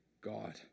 God